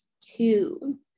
two